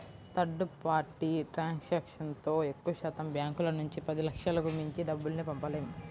third party ట్రాన్సాక్షన్తో ఎక్కువశాతం బ్యాంకుల నుంచి పదిలక్షలకు మించి డబ్బుల్ని పంపలేము